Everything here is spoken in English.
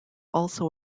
also